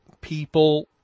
people